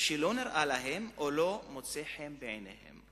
שלא נראה להם או לא מוצא חן בעיניהם.